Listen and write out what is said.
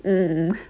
mm mm mm